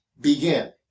begin